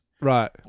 Right